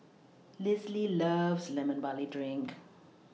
Lisle loves Lemon Barley Drink